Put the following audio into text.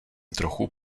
trochu